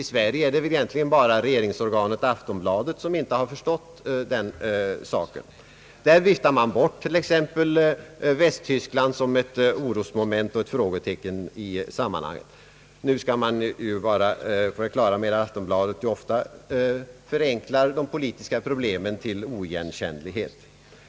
I Sverige är det väl egentligen bara regeringsorganet Aftonbladet som inte har förstått den saken. Där viftar man bort tanken på att Västtyskland skulle vara ett orosmoment och frågetecken i detta sammanhang. Nu skall man ju vara på det klara med att Aftonbladet ofta förenklar de politiska problemen till oigenkännlighet.